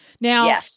Now